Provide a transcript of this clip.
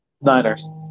Niners